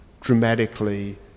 dramatically